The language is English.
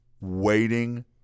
waiting